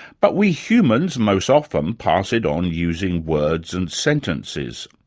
but we humans, most often, pass it on using words and sentences.